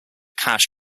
cash